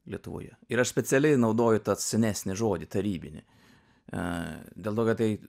lietuvoje ir aš specialiai naudoju tą senesnį žodį tarybinį dėl to kad tai